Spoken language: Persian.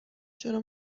چرا